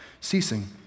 ceasing